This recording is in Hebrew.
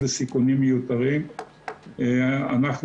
אבל אנחנו נוודא וננסה